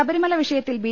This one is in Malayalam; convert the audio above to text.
ശബരിമല വിഷയത്തിൽ ബി